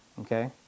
Okay